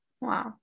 wow